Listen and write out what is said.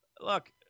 Look